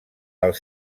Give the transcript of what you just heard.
als